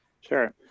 Sure